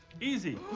easy